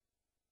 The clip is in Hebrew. החדש.